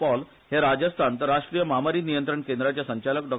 पाल हे राजस्थान तर राष्ट्रीय म्हामारी नियंत्रण केंद्राचे संचालक डा